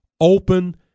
open